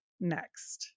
next